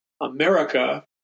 America